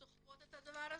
סוחבות את הדבר הזה.